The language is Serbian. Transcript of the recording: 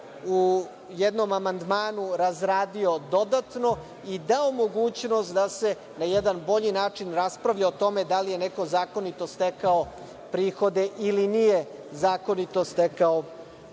u jednom amandmanu razradio dodatno i dao mogućnost da se na jedan bolji način raspravlja o tome da li je neko zakonito stekao prihode ili nije zakonito stekao prihode.